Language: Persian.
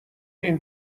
این